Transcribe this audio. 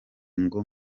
ngo